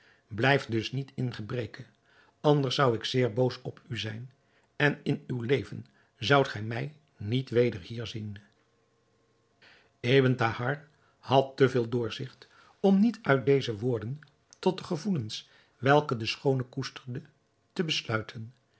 blijf dus niet in gebreke anders zou ik zeer boos op u zijn en in uw leven zoudt gij mij niet weder hier zien ebn thahar had te veel doorzigt om niet uit deze woorden tot de gevoelens welke de schoone koesterde te besluiten